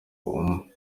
umunyamahanga